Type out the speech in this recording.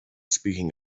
speaking